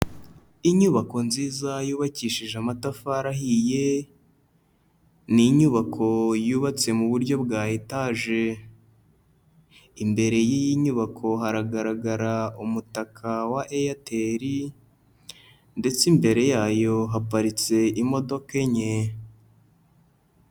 Inyubako nziza yubakishije amatafari ahiye, ni inyubako yubatse mu buryo bwa etaje, imbere y'iyi nyubako haragaragara umutaka wa Airtel ndetse imbere yayo haparitse imodoka enye.